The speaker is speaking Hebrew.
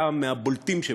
היה מהבולטים שבהם,